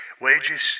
wages